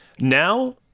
Now